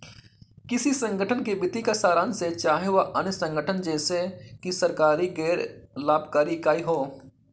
किसी संगठन के वित्तीय का सारांश है चाहे वह अन्य संगठन जैसे कि सरकारी गैर लाभकारी इकाई हो